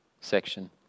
section